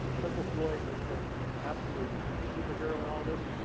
principal floyd has been absolutely a superhero in all this.